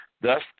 thus